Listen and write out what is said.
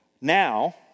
Now